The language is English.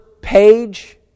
page